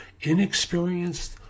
inexperienced